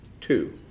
Two